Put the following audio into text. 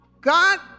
God